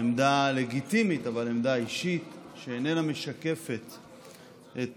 עמדה לגיטימית, אבל עמדה אישית שאיננה משקפת את